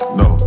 no